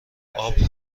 اَپ